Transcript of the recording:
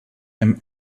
him